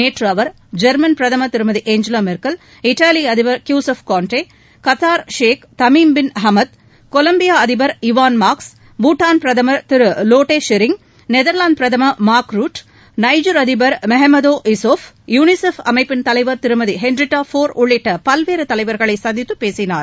நேற்று அவர் ஜெர்மன் பிரதமர் திருமதி ஏஞ்சவா மெர்க்கல் இத்தாலி அதிபர் Giuseppe Conte Qatar Sheikh Tamim bin Hamad Colombia அதிபர் இவான் மார்க்கஸ் பூட்டான் பிரதமர் திரு வோட்டே ஷெரிங் நெதர்லாந்து பிரதமர் மார்க் ரூட் நைஜர் அதிபர் மஹமதோ இஸோஃப் யுனிசெப் அமைப்பின் தலைவர் திருமதி ஹென்ரிட்டா ஃபோர் உள்ளிட்ட பல்வேறு தலைவர்களை சந்தித்துப் பேசினார்